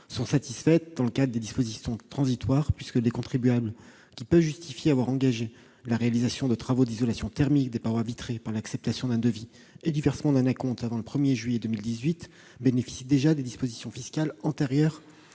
sont satisfaites dans le cadre des dispositions transitoires, puisque les contribuables qui peuvent justifier avoir engagé la réalisation de travaux d'isolation thermique de parois vitrées par l'acceptation d'un devis et du versement d'un acompte avant le 1 juillet 2018 bénéficient des dispositions fiscales antérieures